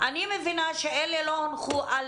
אני מבינה שאלה לא הונחו על